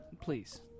Please